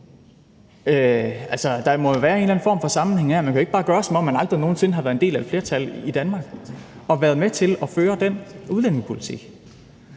der må jo være en eller anden form for sammenhæng. Man kan jo ikke bare opføre sig, som om man aldrig nogen sinde har været en del af et flertal i Danmark og har været med til at føre den udlændingepolitik.